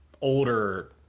older